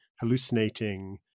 hallucinating